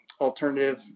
alternative